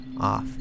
off